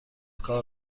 کار